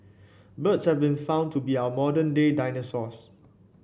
birds have been found to be our modern day dinosaurs